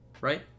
right